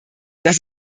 das